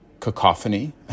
cacophony